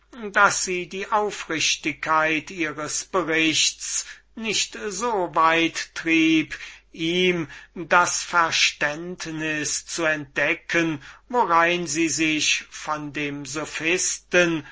daß sie die aufrichtigkeit ihres berichts nicht so weit trieb ihm das complot einzugestehen worein sie sich von dem